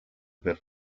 per